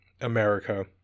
America